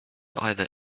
either